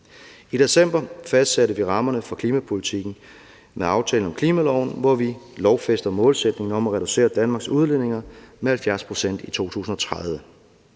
I december fastsatte vi rammerne for klimapolitikken med aftalen om klimaloven, hvor vi lovfæster målsætningen om at reducere Danmarks udledninger med 70 pct. i 2030.